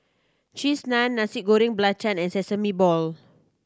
Cheese Naan Nasi Goreng Belacan and Sesame Ball